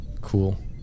cool